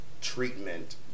treatment